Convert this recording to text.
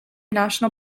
national